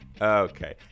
Okay